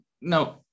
no